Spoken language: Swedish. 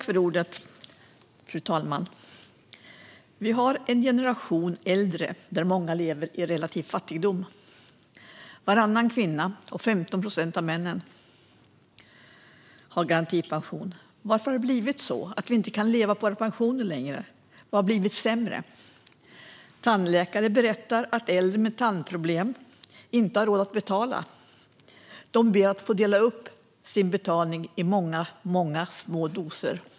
Fru talman! Vi har en generation äldre där många lever i relativ fattigdom. Varannan kvinna och 15 procent av männen har garantipension. Varför har det blivit så att vi inte kan leva på våra pensioner längre? Vad har blivit sämre? Tandläkare berättar att äldre med tandproblem inte har råd att betala utan ber att få dela upp betalningen i många små doser.